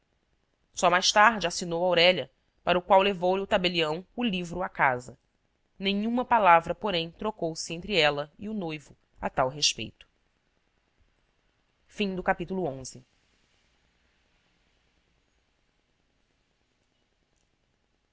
só mais tarde assinou aurélia para o que levou-lhe o tabelião o livro à casa nenhuma palavra porém trocou se entre ela e o noivo a tal respeito